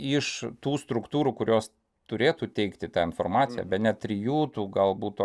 iš tų struktūrų kurios turėtų teikti informaciją bene trijų tų galbūt